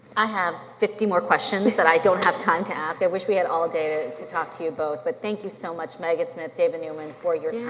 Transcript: i have fifty more questions that i don't have time to ask. i wish we had all day to to talk to you both, but thank you so much megan smith, david newman for your time.